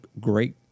great